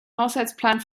haushaltsplan